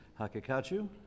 Hakakachu